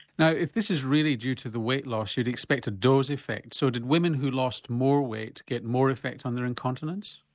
now if this is really due to the weight loss you'd expect a dose effect, so did women who lost more weight get more effect on their incontinence?